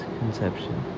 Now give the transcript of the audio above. conception